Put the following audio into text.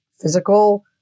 physical